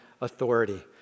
authority